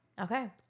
Okay